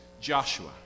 Joshua